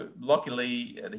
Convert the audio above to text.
luckily